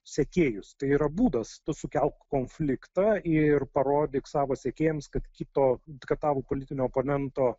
sekėjus tai yra būdas tu sukelk konfliktą ir parodyk savo sekėjams kad kito kad tavo politinio oponento